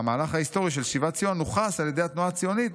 והמהלך ההיסטורי של שיבת ציון נוכס על ידי התנועה הציונית